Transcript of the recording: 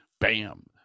bam